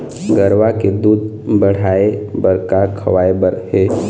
गरवा के दूध बढ़ाये बर का खवाए बर हे?